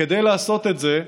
וכדי לעשות את זה,